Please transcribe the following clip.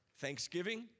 Thanksgiving